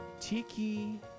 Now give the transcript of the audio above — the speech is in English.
Tiki